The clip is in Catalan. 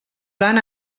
van